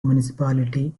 municipality